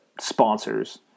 sponsors